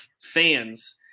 fans